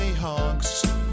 hogs